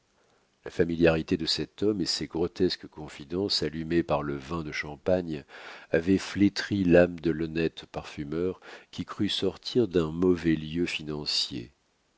la familiarité de cet homme et ses grotesques confidences allumées par le vin de champagne avaient flétri l'âme de l'honnête parfumeur qui crut sortir d'un mauvais lieu financier